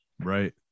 right